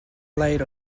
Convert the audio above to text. laid